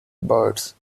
birds